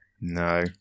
No